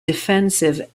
defensive